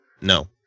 No